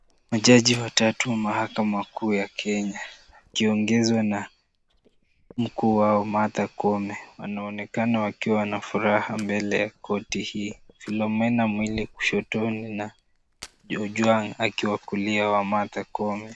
Majaji watatu wa mahakama kuu ya Kenya wakiongozwa na mkuu wao Martha Koome. Wanaonekana wakiwa na furaha mbele ya korti hii. Philomena Mwilu kushotoni na Ojwang akiwa kulia mwa Martha Koome.